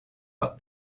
pas